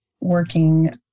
working